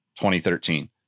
2013